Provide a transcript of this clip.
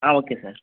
ah okay sir